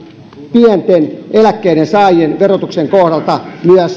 pienten eläkkeiden saajien verotuksen kohdalta ja myös että